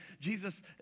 Jesus